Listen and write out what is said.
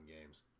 games